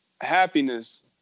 happiness